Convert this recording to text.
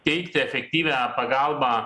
teikti efektyvią pagalbą